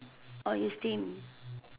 or you steam